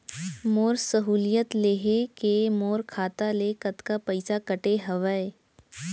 मोर सहुलियत लेहे के मोर खाता ले कतका पइसा कटे हवये?